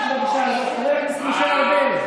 בבקשה, חבר הכנסת משה ארבל.